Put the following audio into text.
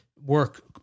work